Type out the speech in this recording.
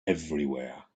everywhere